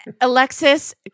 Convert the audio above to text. Alexis